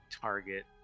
target